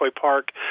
Park